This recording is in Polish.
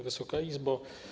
Wysoka Izbo!